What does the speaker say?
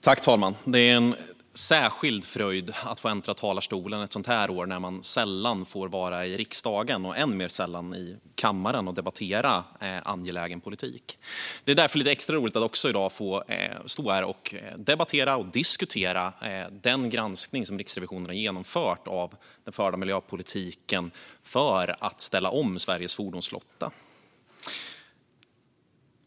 Fru talman! Det är en särskild fröjd att få äntra talarstolen ett sådant här år när man sällan får vara i riksdagen och än mer sällan får vara i kammaren och debattera angelägen politik. Det är därför lite extra roligt att i dag få stå här och debattera och diskutera den granskning som Riksrevisionen har genomfört av den förda miljöpolitiken för att ställa om Sveriges fordonsflotta.